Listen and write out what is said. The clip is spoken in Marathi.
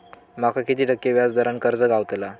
माका किती टक्के व्याज दरान कर्ज गावतला?